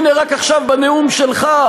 הנה, רק עכשיו בנאום שלך: